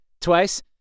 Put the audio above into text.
twice